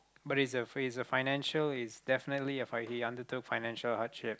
but it's a it's a financial he's definitely a fi~ he's under financial hardship